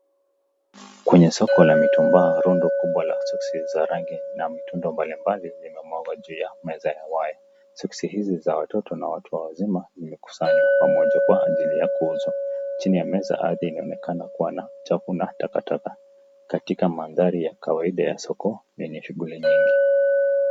Kwenye soko la mitumba, rundo kubwa la soksi za rangi na mtindo mbalimbali zimemwanga juu ya meza ya waya. Soksi hizi ni za watoto na watu wazima zimekusanywa pamoja kwa ajili ya kuuza. Chini ya meza ardhi inaonekana kuwa na uchafu na takataka, katika mandhari ya kawaida ya soko yenye shughuli nyingi.